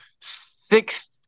six